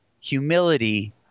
humility